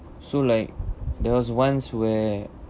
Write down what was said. so like there was once where